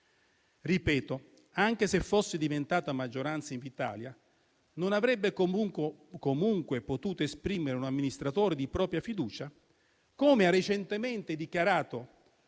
Ripeto: anche se fosse diventata maggioranza, Invitalia non avrebbe comunque potuto esprimere un amministratore di propria fiducia, come ha recentemente dichiarato